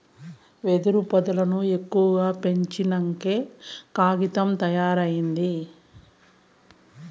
వెదురు పొదల్లను ఎక్కువగా పెంచినంకే కాగితం తయారైంది